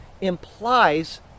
implies